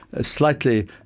slightly